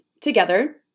together